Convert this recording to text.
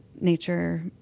nature